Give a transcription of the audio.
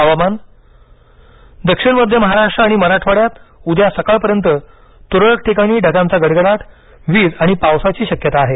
हवामान दक्षिण मध्य महाराष्ट्र आणि मराठवाड्यात उद्या सकाळपर्यंत तुरळक ठिकाणी ढगांचा गडगडाट वीज आणि पावसाची शक्यता आहे